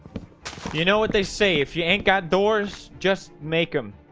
you know what they say if you ain't got doors just make them